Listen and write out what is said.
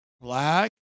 black